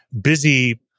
busy